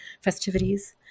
festivities